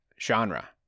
genre